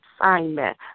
assignment